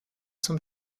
zum